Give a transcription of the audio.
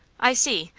i see.